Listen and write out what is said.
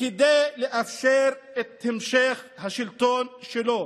" כדי לאפשר את המשך השלטון שלו".